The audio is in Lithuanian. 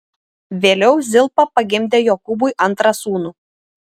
vėliau zilpa pagimdė jokūbui antrą sūnų